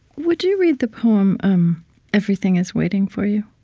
would you read the poem everything is waiting for you?